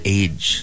age